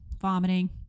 vomiting